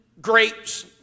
grapes